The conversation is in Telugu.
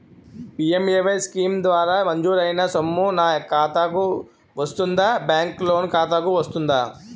పి.ఎం.ఎ.వై స్కీమ్ ద్వారా మంజూరైన సొమ్ము నా ఖాతా కు వస్తుందాబ్యాంకు లోన్ ఖాతాకు వస్తుందా?